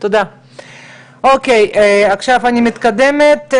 אוקיי, עכשיו אני מתקדמת,